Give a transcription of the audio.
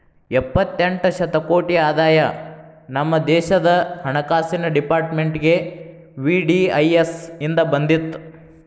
ಎಪ್ಪತ್ತೆಂಟ ಶತಕೋಟಿ ಆದಾಯ ನಮ ದೇಶದ್ ಹಣಕಾಸಿನ್ ಡೆಪಾರ್ಟ್ಮೆಂಟ್ಗೆ ವಿ.ಡಿ.ಐ.ಎಸ್ ಇಂದ್ ಬಂದಿತ್